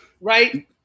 Right